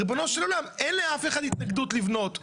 ריבונו של עולם, אין לאף אחד התנגדות לבנות.